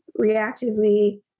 reactively